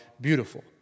beautiful